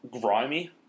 grimy